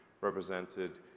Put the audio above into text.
represented